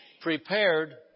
prepared